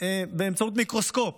במיקרוסקופ